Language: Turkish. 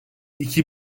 iki